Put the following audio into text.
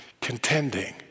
Contending